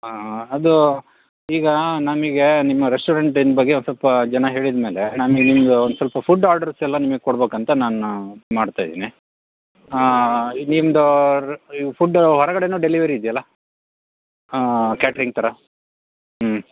ಹಾಂ ಅದು ಈಗ ನಮಗೆ ನಿಮ್ಮ ರೆಸ್ಟೋರೆಂಟಿನ ಬಗ್ಗೆ ಒಂದು ಸ್ವಲ್ಪ ಜನ ಹೇಳಿದಮೇಲೆ ನಾ ನಿಮ್ಗೆ ಒಂದು ಸ್ವಲ್ಪ ಫುಡ್ ಆರ್ಡರ್ಸೆಲ್ಲ ನಿಮಿಗೆ ಕೊಡ್ಬೇಕಂತ ನಾನು ಮಾಡ್ತಯಿದ್ದೀನಿ ಹಾಂ ಈ ನಿಮ್ಮದು ರ್ ಈ ಫುಡ್ಡು ಹೊರಗಡೆನು ಡೆಲಿವರಿ ಇದ್ಯಲ್ಲಾ ಕ್ಯಾಟ್ರಿಂಗ್ ಥರ ಹ್ಞೂ